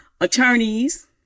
attorneys